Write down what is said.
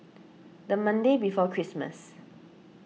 the Monday before Christmas